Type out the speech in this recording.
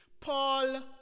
Paul